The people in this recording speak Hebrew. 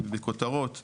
ובכותרות זה,